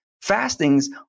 Fasting's